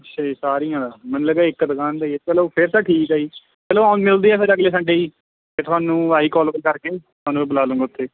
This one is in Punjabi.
ਅੱਛਾ ਜੀ ਸਾਰੀਆਂ ਦਾ ਮੈਨੂੰ ਲੱਗਿਆ ਇੱਕ ਦੁਕਾਨ ਦਾ ਹੀ ਹੈ ਚੱਲੋ ਫਿਰ ਤਾਂ ਠੀਕ ਆ ਜੀ ਚੱਲੋ ਆ ਮਿਲਦੇ ਹਾਂ ਫਿਰ ਅਗਲੇ ਸੰਡੇ ਜੀ ਫਿਰ ਤੁਹਾਨੂੰ ਆਈ ਕਾਲ ਕਰਕੇ ਤੁਹਾਨੂੰ ਮੈਂ ਬੁਲਾ ਲੂੰਗਾ ਉੱਥੇ